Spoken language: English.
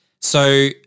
So-